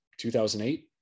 2008